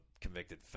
convicted